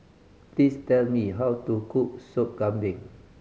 please tell me how to cook Sup Kambing